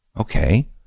Okay